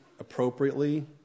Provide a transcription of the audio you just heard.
Appropriately